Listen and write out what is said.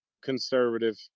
conservative